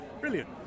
Brilliant